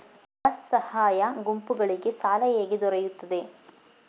ಸ್ವಸಹಾಯ ಗುಂಪುಗಳಿಗೆ ಸಾಲ ಹೇಗೆ ದೊರೆಯುತ್ತದೆ?